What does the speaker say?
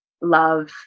love